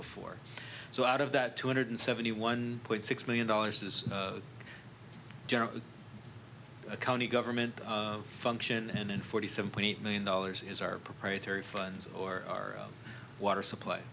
before so out of that two hundred seventy one point six million dollars is a county government function and in forty seven point eight million dollars is our proprietary funds or our water supply